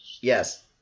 Yes